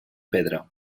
pedra